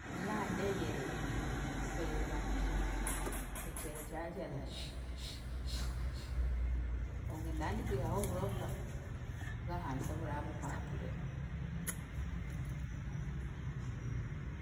Nandeyerera, ndikweyerera mukibuga, ekyeyo kira kiragira shi, shi, shi, shi obwe nda ndikwihaho oburofa bw'ahansi obura bukwatireho.